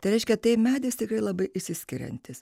tai reiškia tai medis tikrai labai išsiskiriantis